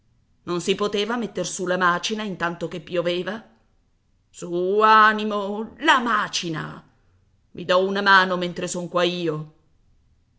non si poteva metter su la macina intanto che pioveva su animo la macina i do una mano mentre son qua io